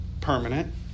permanent